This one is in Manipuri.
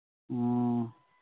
ꯎꯝ